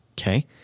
Okay